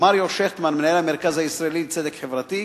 מריו שכטמן, מנהל, "המרכז הישראלי לצדק חברתי",